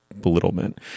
belittlement